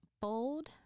bold